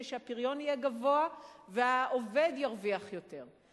שהפריון יהיה גבוה והעובד ירוויח יותר.